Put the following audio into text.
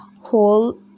whole